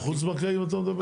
החוץ בנקאי אתה מדבר?